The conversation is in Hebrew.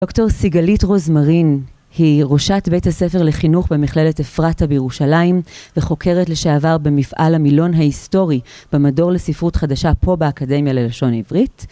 דוקטור סיגלית רוזמרין היא ראשת בית הספר לחינוך במכללת אפרתה בירושלים וחוקרת לשעבר במפעל המילון ההיסטורי במדור לספרות חדשה פה באקדמיה ללשון עברית